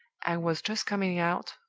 i was just coming out,